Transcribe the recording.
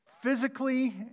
physically